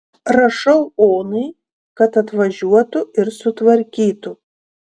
rašau onai kad atvažiuotų ir sutvarkytų